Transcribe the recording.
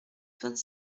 vingt